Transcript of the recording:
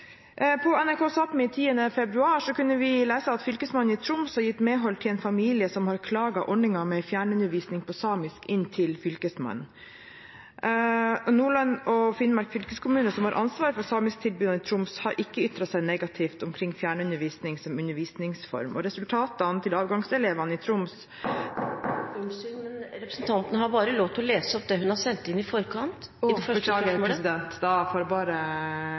På NRK Sápmi den 10. februar kunne vi lese at fylkesmannen i Troms har gitt medhold til en familie som har klaget ordningen med fjernundervisning på samisk inn til fylkesmannen. Nordland og Finnmark fylkeskommune som har ansvaret for de samiske tilbud i Troms, har ikke ytret seg negativt omkring fjernundervisning som undervisningsform, og resultatene til avgangselevene i Troms … Unnskyld, men representanten har bare lov til å lese opp det som hun har sendt inn i forkant. Beklager, president. Jeg hadde 1 minutt, så da